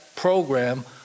Program